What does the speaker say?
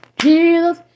Jesus